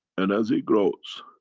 and as he grows,